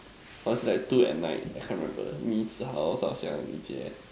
was like two at night I can't remember me zhi-Hao Zhao-xiang Yu-Jie